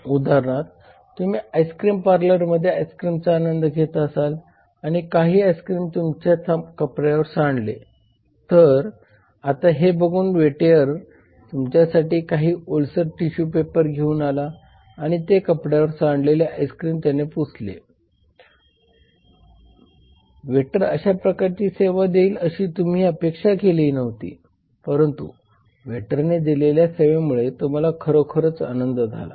उदाहरणार्थ तुम्ही आईस्क्रीम पार्लरमध्ये आईस्क्रीमचा आनंद घेत असाल आणि काही आइस्क्रीम तुमच्या कपड्यांवर सांडले तर आता हे बघून वेटर तुमच्यासाठी काही ओलसर टिश्यू पेपर घेऊन आला आणि ते कपड्यावर सांडलेले आईस्क्रीम त्याने पुसले असेल तर वेटर अशा प्रकारची सेवा देईल अशी तुम्ही अपेक्षा केली नव्हती परंतु वेटरने दिलेल्या सेवेमुळे तुम्हाला खरोखरच आनंद झाला आहे